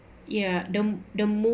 ya the the